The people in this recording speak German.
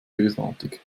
bösartig